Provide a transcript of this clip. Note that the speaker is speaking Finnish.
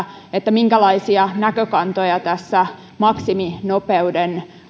minkälaisia näkökantoja maksiminopeuden